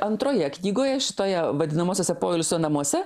antroje knygoje šitoje vadinamuosiuose poilsio namuose